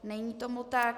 Není tomu tak.